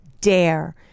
dare